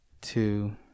two